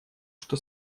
что